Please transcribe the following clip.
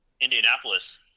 Indianapolis –